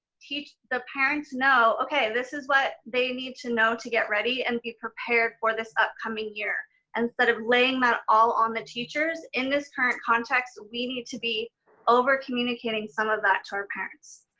the parents know, okay, this is what they need to know to get ready and be prepared for this upcoming year. and instead of laying that all on the teachers in this current context, we need to be over communicating some of that to our parents,